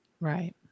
Right